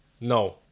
no